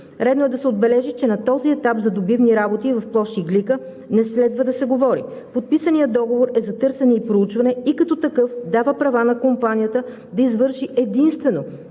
Редно е да се отбележи, че на този етап за добивни работи в площ „Иглика“ не следва да се говори. Подписаният договор е за търсене и проучване и като такъв дава права на компанията да извърши единствено